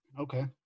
okay